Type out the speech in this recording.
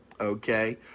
Okay